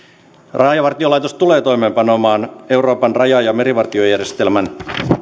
rajavartiolaitos tulee toimeenpanemaan euroopan raja ja merivartiojärjestelmän